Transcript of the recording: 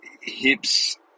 hips